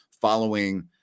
following